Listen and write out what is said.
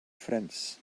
friends